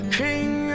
king